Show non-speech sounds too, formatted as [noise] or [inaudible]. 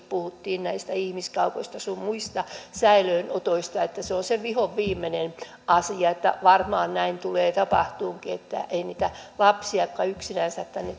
[unintelligible] puhuttiin näistä ihmiskaupoista sun muista säilöönotoista että se on se vihonviimeinen asia että varmaan näin tulee tapahtumaankin ettei niitä lapsia jotka yksinänsä tänne